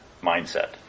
mindset